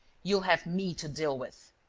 you'll have me to deal with.